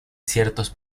ciertos